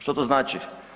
Što to znači?